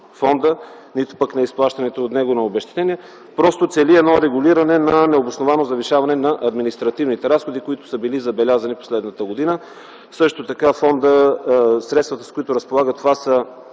фонда, нито пък на изплащаното от него обезщетение, просто цели едно регулиране на необоснованото завишаване на административните разходи, което е забелязано през последната година. Също така средствата, с които разполага фондът,